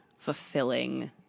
fulfilling